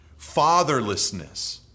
fatherlessness